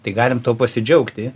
tai galim tuo pasidžiaugti